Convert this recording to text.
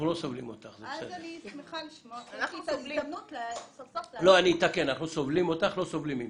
אנחנו סובלים אותך ולא סובלים ממך.